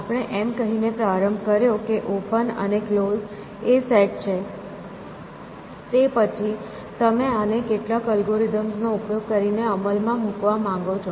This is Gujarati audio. આપણે એમ કહીને પ્રારંભ કર્યો કે ઓપન અને ક્લોઝ એ સેટ છે તે પછી તમે આને કેટલાક અલ્ગોરિધમ્સનો ઉપયોગ કરીને અમલમાં મૂકવા માંગો છો